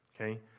Okay